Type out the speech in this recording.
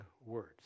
words